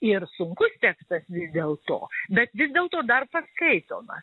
ir sunkus tekstas vis dėlto bet vis dėlto dar paskaitomas